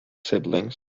siblings